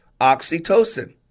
oxytocin